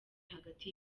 hagati